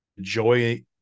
joy